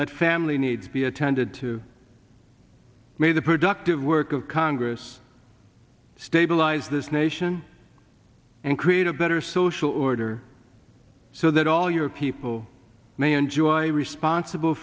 that family needs to be attended to may the productive work of congress to stabilize this nation and create a better social order so that all your people may enjoy responsible